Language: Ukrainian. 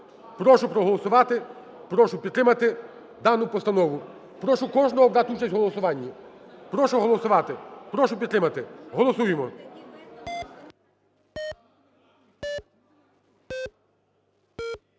Прошу проголосувати. Прошу підтримати дану постанову. Прошу кожного брати участь в голосуванні. Прошу голосувати. Прошу підтримати. Голосуємо.